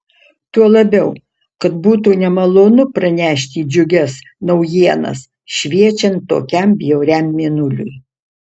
tuo labiau kad būtų nemalonu pranešti džiugias naujienas šviečiant tokiam bjauriam mėnuliui